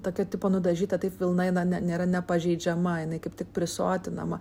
tokio tipo nudažytą taip vilna jinai na nėra nepažeidžiama jinai kaip tik prisotinama